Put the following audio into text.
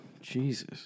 Jesus